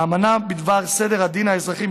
האמנה בדבר סדר הדין האזרחי,